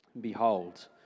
Behold